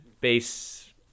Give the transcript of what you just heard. base